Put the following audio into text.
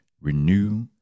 renew